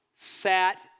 sat